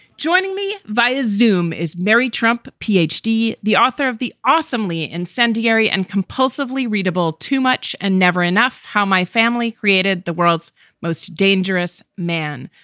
joining me via zoome is mary trump, p h. he's the author of the awesomely incendiary and compulsively readable too much and never enough how my family created the world's most dangerous man.